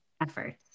efforts